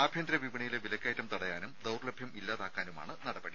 ആഭ്യന്തര വിപണിയിലെ വിലക്കയറ്റം തടയാനും ദൌർലഭ്യം ഇല്ലാതാക്കാനുമാണ് നടപടി